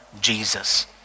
Jesus